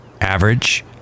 average